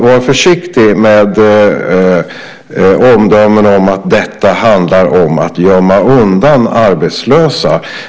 Var försiktig med omdömen om att detta handlar om att gömma undan arbetslösa.